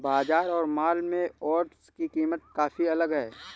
बाजार और मॉल में ओट्स की कीमत काफी अलग है